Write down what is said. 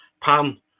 Pam